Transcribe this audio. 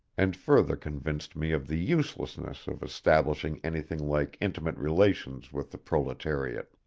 and further convinced me of the uselessness of establishing anything like intimate relations with the proletariat.